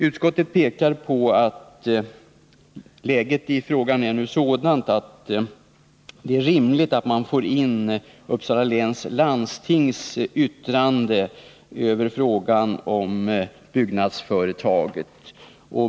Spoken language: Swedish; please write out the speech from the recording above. Utskottet pekar på att läget i frågan nu är sådant att det är rimligt att man får in Uppsala läns landstings yttrande om byggnadsföretaget.